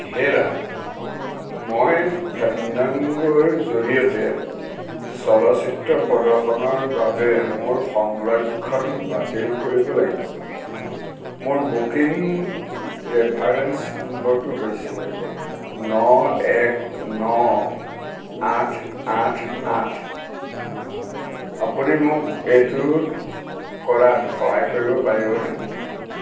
হেৰা মই ফেণ্ডাংগোৰ জৰিয়তে চলচ্চিত্ৰ প্ৰদৰ্শনৰ বাবে মোৰ সংৰক্ষণ বাতিল কৰিব লাগিব মোৰ বুকিং ৰেফাৰেন্স নম্বৰটো হৈছে ন এক ন আঠ আঠ আঠ আপুনি মোক এইটো কৰাত সহায় কৰিব পাৰিবনে